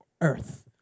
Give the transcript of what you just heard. earth